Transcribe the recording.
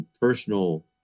personal